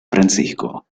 francisco